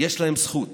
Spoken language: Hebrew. יש להם זכות